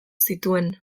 zituen